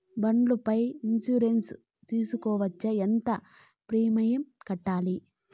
బండ్ల పై ఇన్సూరెన్సు సేసుకోవచ్చా? ఎంత ప్రీమియం కట్టాలి?